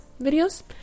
videos